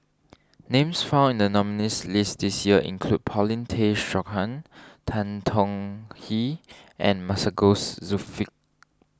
names found in the nominees' list this year include Paulin Tay Straughan Tan Tong Hye and Masagos